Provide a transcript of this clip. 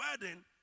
wedding